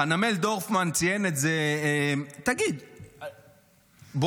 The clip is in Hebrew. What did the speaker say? חנמאל דורפמן ציין את זה, תגיד, בועז,